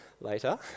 later